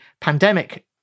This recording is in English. pandemic